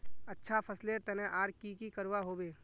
अच्छा फसलेर तने आर की की करवा होबे?